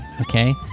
okay